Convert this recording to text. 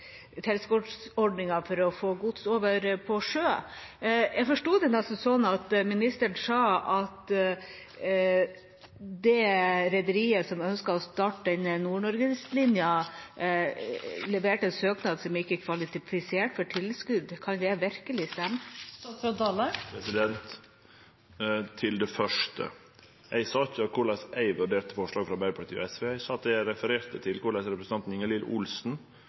for å få gods over på sjø. Jeg forstod det nesten sånn at statsråden sa at det rederiet som ønsker å starte en Nord-Norge-linje, leverte en søknad som ikke kvalifiserte for tilskudd. Kan det virkelig stemme? Til det første: Eg sa ikkje korleis eg vurderte forslaget frå Arbeidarpartiet og SV. Eg refererte til korleis representanten Ingalill Olsen